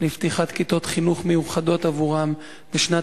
לפתיחת כיתות חינוך מיוחדות עבורם בשנת